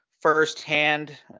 firsthand